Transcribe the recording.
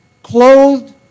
clothed